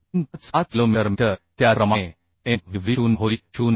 35 5 kilometre metre त्याचप्रमाणे m v v 0 होईल 0